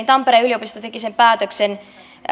tampereen yliopisto teki sen päätöksen